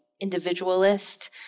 individualist